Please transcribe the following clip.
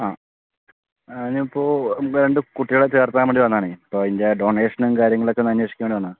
ആ ഞാനിപ്പോൾ എൻ്റെ കുട്ടികളെ ചേർക്കാൻ വേണ്ടി വന്നതാണെ അപ്പോൾ അതിൻ്റെ ഡൊണേഷനും കാര്യങ്ങളൊക്കെ ഒന്നന്വേഷിക്കാൻ വേണ്ടിവന്നതാണ്